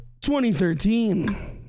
2013